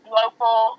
local